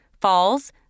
Falls